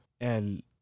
and-